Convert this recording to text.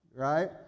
right